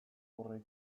horrek